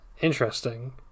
Interesting